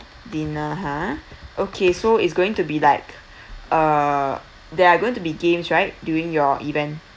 dinner ha okay so it's going to be like uh there are going to be games right during your event